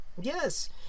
Yes